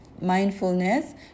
mindfulness